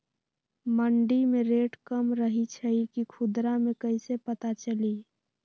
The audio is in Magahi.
मंडी मे रेट कम रही छई कि खुदरा मे कैसे पता चली?